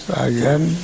again